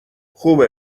خوبه